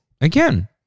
again